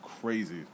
Crazy